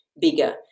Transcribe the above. bigger